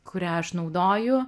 kurią aš naudoju